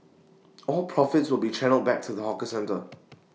all profits will be channelled back to the hawker centre